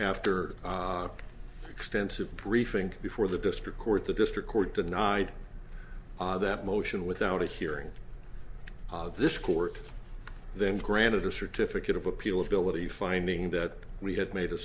after extensive briefing before the district court the district court denied that motion without a hearing this court then granted a certificate of appeal ability finding that we had made a